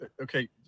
okay